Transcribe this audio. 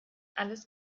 alles